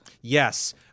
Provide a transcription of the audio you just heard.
Yes